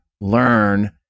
learn